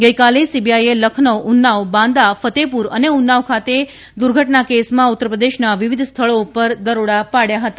ગઈકાલે સીબીઆઈએ લખનઉ ઉન્નાવ બાંદા ફતેહપુર અને ઉન્નાવ ખાતે દુર્ઘટના કેસમાં ઉત્તરપ્રદેશના વિવિધ સ્થળો પર દરોડા પાડ્યા હતા